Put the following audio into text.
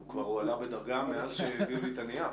הוא כבר הועלה בדרגה מאז שהביאו לי את הנייר?